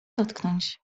dotknąć